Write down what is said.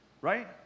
Right